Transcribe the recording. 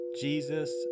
Jesus